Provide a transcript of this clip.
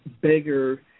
bigger